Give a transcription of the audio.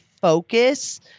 focus